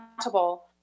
accountable